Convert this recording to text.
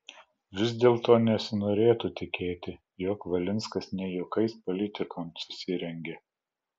vis dėlto nesinorėtų tikėti jog valinskas ne juokais politikon susirengė